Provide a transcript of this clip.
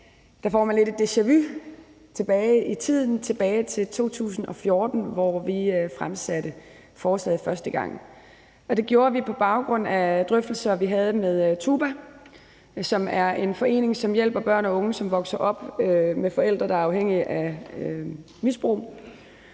dag, får man lidt et deja-vu tilbage i tiden, tilbage til 2014, hvor vi fremsatte forslaget første gang. Det gjorde vi på baggrund af drøftelser, vi havde med TUBA, som er en forening, som hjælper børn og unge, som vokser op med forældre, der har et misbrug.